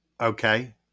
Okay